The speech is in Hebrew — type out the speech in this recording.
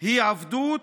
היא עבדות,